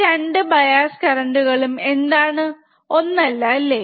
ഈ 2 ബയാസ്കറന്റ് കളും എന്താണ് ഒന്നല്ല അല്ലെ